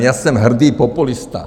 Já jsem hrdý populista.